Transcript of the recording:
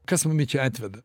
kas mumi čia atveda